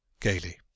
Gaily